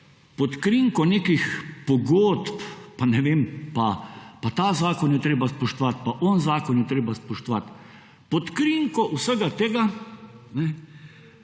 pod krinko nekih pogodb pa ta zakon je treba spoštovati pa on zakon je treba spoštovati pod krinko vsega tega na